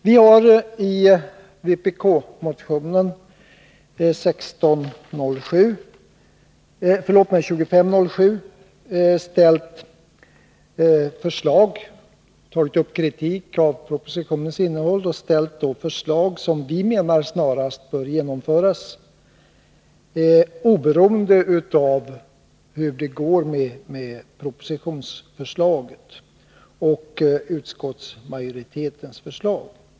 Vi har i vpk-motionen 2507 kritiserat propositionens innehåll och ställt förslag som vi menar snarast bör förverkligas, oberoende av hur det går med propositionsförslaget och utskottsmajoritetens förslag.